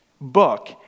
book